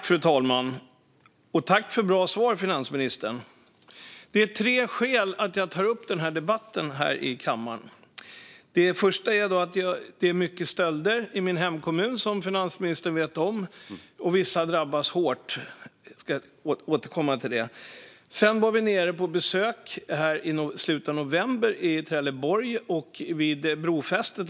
Fru talman! Tack för ett bra svar, finansministern! Det finns tre skäl till att jag tar upp detta till debatt här i kammaren. Det första skälet är att det är mycket stölder i min hemkommun, vilket finansministern vet om. Vissa drabbas hårt. Jag ska återkomma till det. Det andra skälet är det besök vid brofästet i Trelleborg som vi gjorde i slutet av november.